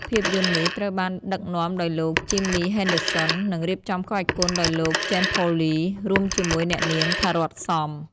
ភាពយន្តនេះត្រូវបានដឹកនាំដោយលោក Jimmy Henderson និងរៀបចំក្បាច់គុនដោយលោក Jean-Paul Ly រួមជាមួយអ្នកនាង ថា រ័ត្ន សំ។